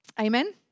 Amen